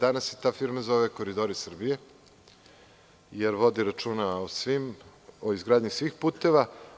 Danas se ta firma zove „Koridori Srbije“, jer vodi računa o izgradnji svih puteva.